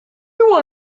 want